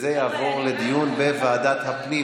וזה יעבור לדיון בוועדת הפנים